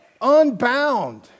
unbound